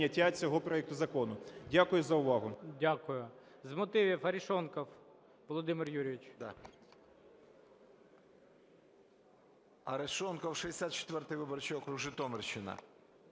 Дякую за увагу.